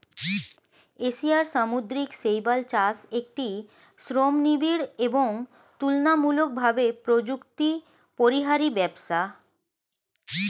এশিয়ার সামুদ্রিক শৈবাল চাষ একটি শ্রমনিবিড় এবং তুলনামূলকভাবে প্রযুক্তিপরিহারী ব্যবসা